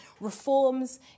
reforms